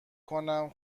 کنم